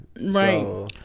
right